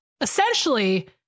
essentially